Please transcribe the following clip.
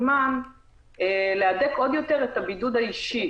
זה הזמן להדק עוד יותר את הבידוד האישי.